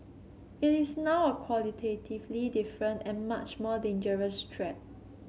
it is now a qualitatively different and much more dangerous threat